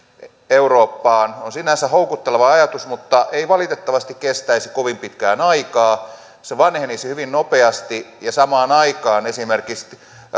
eurooppaan on sinänsä houkutteleva ajatus mutta ei valitettavasti kestäisi kovin pitkää aikaa se vanhenisi hyvin nopeasti ja samaan aikaan esimerkiksi